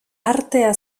artea